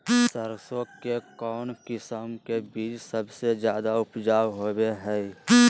सरसों के कौन किस्म के बीच सबसे ज्यादा उपजाऊ होबो हय?